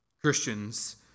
Christians